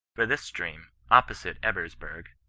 for this stream, opposite ebersberg,